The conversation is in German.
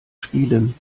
spielen